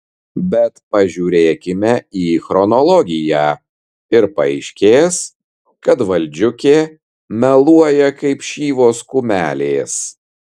bet pažiūrėkime į chronologiją ir paaiškės kad valdžiukė meluoja kaip šyvos kumelės